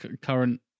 current